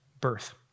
birth